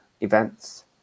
events